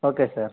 okay sir